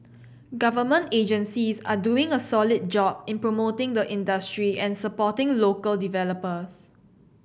government agencies are doing a solid job in promoting the industry and supporting local developers